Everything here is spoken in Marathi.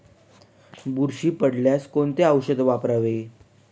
बुरशी पडल्यास कोणते औषध वापरावे?